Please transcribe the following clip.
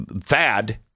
Thad